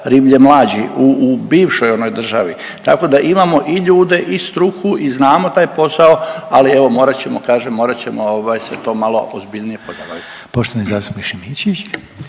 riblje mlađi u bivšoj onoj državi, tako da imamo i ljude i struku i znamo taj posao, ali evo morat ćemo, kažem, morat ćemo se to malo ozbiljnije pozabavit.